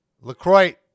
LaCroix